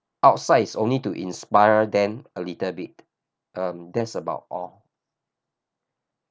outside is only to inspire them a little bit um that's about all